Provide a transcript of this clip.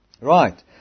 Right